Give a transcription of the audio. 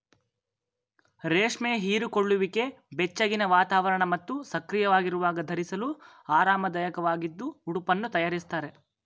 ರೇಷ್ಮೆ ಹೀರಿಕೊಳ್ಳುವಿಕೆ ಬೆಚ್ಚಗಿನ ವಾತಾವರಣ ಮತ್ತು ಸಕ್ರಿಯವಾಗಿರುವಾಗ ಧರಿಸಲು ಆರಾಮದಾಯಕವಾಗಿದ್ದು ಉಡುಪನ್ನು ತಯಾರಿಸ್ತಾರೆ